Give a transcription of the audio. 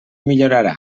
millorarà